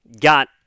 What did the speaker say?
got